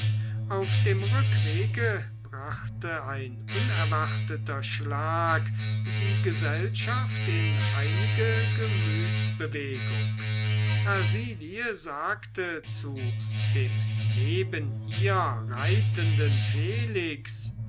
auf dem rückwege brachte ein unerwarteter schlag die gesellschaft in einige gemütsbewegung hersilie sagte zu dem neben ihr reitenden felix